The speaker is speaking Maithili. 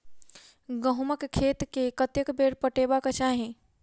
गहुंमक खेत केँ कतेक बेर पटेबाक चाहि?